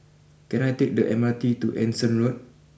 can I take the M R T to Anson Road